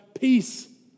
peace